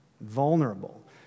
vulnerable